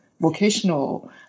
vocational